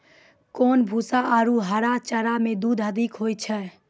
कोन भूसा आरु हरा चारा मे दूध अधिक होय छै?